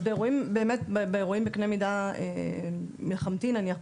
אז באירועים בקנה מידה מלחמתי נניח,